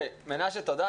מנשה, תודה.